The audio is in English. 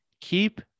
keep